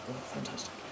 Fantastic